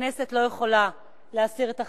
הכנסת לא יכולה להסיר את החסינות,